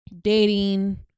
dating